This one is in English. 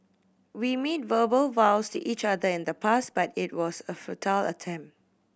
we made verbal vows to each other in the past but it was a futile attempt